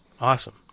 Awesome